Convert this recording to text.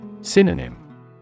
Synonym